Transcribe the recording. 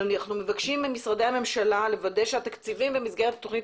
אנחנו מבקשים ממשרדי הממשלה לוודא שהתקציבים במסגרת התוכנית